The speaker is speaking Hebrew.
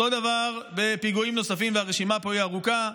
אותו דבר בפיגועים נוספים, והרשימה פה היא ארוכה,